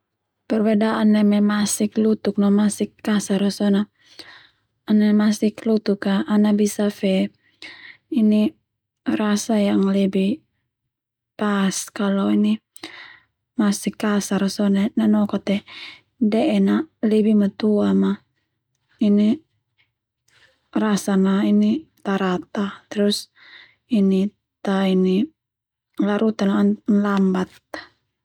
Perbedaan neme masik lutuk no masik kasar a sone masik lutuk a ana bisa fe ini rasa yang lebih pas kalo ini masik kasar a sone nanoka te de'en a lebih matua ma ini rasana tarata terus larutan lambat.